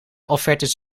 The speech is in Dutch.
offertes